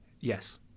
yes